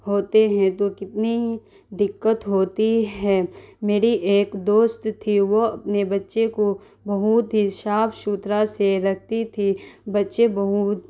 ہوتے ہیں تو کتنی دقت ہوتی ہے میری ایک دوست تھی وہ اپنے بچے کو بہت ہی صاف شتھرا سے رکھتی تھی بچے بہت